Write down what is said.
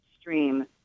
stream